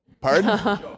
pardon